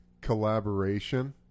collaboration